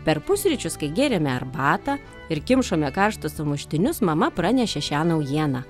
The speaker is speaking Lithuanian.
per pusryčius kai gėrėme arbatą ir kimšome karštus sumuštinius mama pranešė šią naujieną